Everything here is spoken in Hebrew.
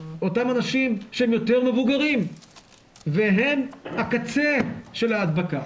אותם אנשים שהם יותר מבוגרים והם הקצה של ההדבקה.